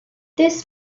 this